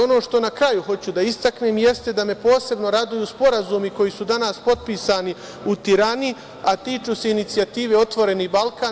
Ono što na kraju hoću da istaknem jeste da me posebno raduju sporazumi koji su danas potpisani u Tirani, a tiču se inicijative „Otvoreni Balkan“